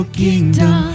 kingdom